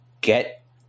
get